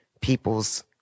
people's